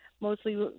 mostly